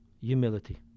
humility